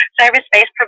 service-based